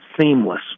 seamless